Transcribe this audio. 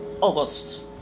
august